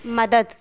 مدد